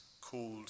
called